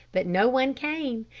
but no one came.